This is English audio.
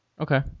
Okay